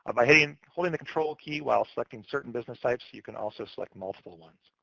ah by i mean holding the control key while selecting certain business sites, you can also select multiple ones.